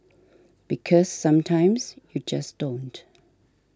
because sometimes you just don't